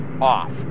off